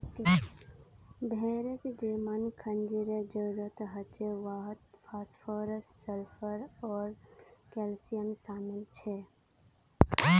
भेड़क जे मेन खनिजेर जरूरत हछेक वहात फास्फोरस सल्फर आर कैल्शियम शामिल छेक